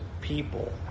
people